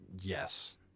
Yes